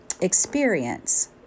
experience